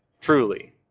truly